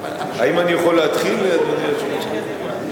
האם אני יכול להתחיל, אדוני היושב-ראש?